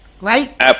Right